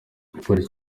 igipolisi